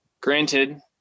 Granted